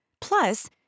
Plus